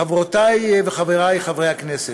חברותי וחברי חברי הכנסת,